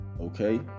okay